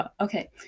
Okay